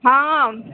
हाँ